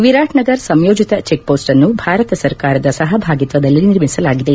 ವಿರಾಟ್ನಗರ್ ಸಂಯೋಜಿತ ಚಿಕ್ಹೋಸ್ಟ್ ಅನ್ನು ಭಾರತ ಸರ್ಕಾರದ ಸಹಭಾಗಿತ್ವದಲ್ಲಿ ನಿರ್ಮಿಸಲಾಗಿದೆ